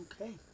okay